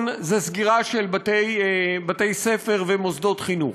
הוא סגירה של בתי-ספר ומוסדות חינוך.